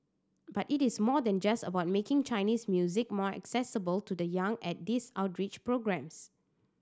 but it is more than just about making Chinese music more accessible to the young at these outreach programmes